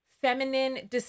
feminine